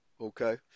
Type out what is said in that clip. okay